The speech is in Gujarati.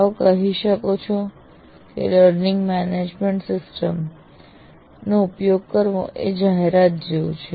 આપ કહી શકો છો કે લર્નિંગ મેનેજમેન્ટ સિસ્ટમ નો ઉપયોગ કરવો એ જાહેરાત જેવું છે